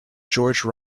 george